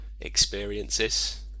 experiences